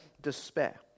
despair